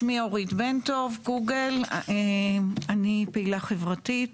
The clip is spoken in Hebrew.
שמי אורית בנטוב, קוגל, אני פעילה חברתית